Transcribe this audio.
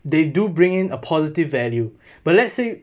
they do bring in a positive value but let's say